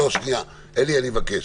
אלי, אני מבקש.